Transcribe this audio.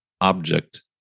object